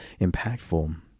impactful